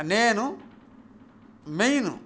నేను మెయిన్